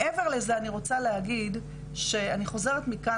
מעבר לזה אני רוצה להגיד שאני חוזרת מ"קאן",